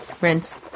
Rinse